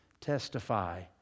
testify